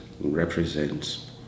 represents